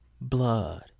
Blood